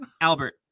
Albert